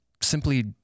simply